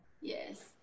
Yes